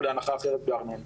או להנחה אחרת בארנונה.